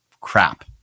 crap